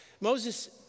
Moses